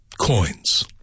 coins